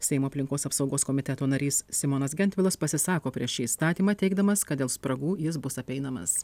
seimo aplinkos apsaugos komiteto narys simonas gentvilas pasisako prieš šį įstatymą teigdamas kad dėl spragų jis bus apeinamas